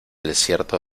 desierto